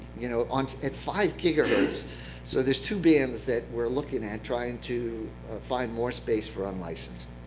you know um at five gigahertz so there's two bands that we are looking at, trying to find more space for unlicensed.